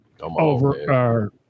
over